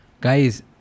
guys